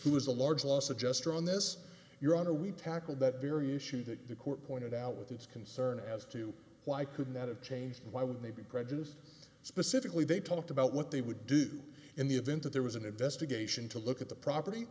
who is a large loss adjuster on this your honor we tackled that very issue that the court pointed out with its concern as to why couldn't that have changed why would they be prejudiced specifically they talked about what they would do in the event that there was an investigation to look at the property